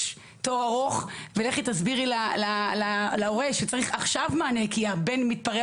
יש תור ארוך ולכי תסבירי להורה שצריך עכשיו מענה כי הבן מתפרע